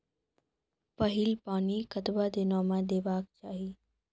पहिल पानि कतबा दिनो म देबाक चाही?